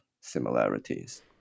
similarities